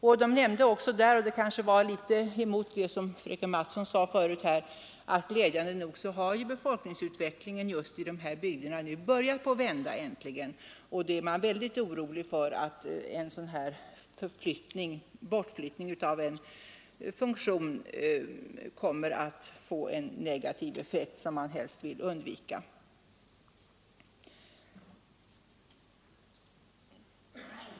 Man nämnde också — och det står kanske litet i motsättning till det som fröken Mattson sade förut — att befolkningsutvecklingen i dessa bygder glädjande nog äntligen börjat vända uppåt. Därför är man väldigt orolig för att en bortflyttning av en funktion kommer att få en negativ effekt, som man helst vill undvika.